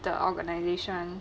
the organisation